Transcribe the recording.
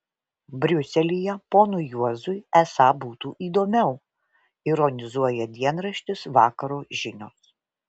briuselyje ponui juozui esą būtų įdomiau ironizuoja dienraštis vakaro žinios